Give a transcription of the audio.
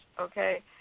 okay